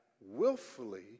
willfully